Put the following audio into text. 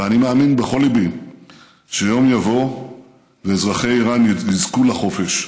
ואני מאמין בכל ליבי שיום יבוא ואזרחי איראן יזכו לחופש,